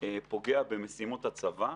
פוגע במשימות הצבא.